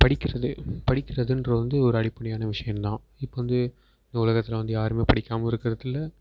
படிக்கிறது படிக்கிறதுன்றது வந்து ஒரு அடிப்படையான விஷயம் தான் இப்போ வந்து இந்த உலகத்தில் வந்து யாருமே படிக்காமல் இருக்கிறது இல்லை